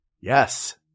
Yes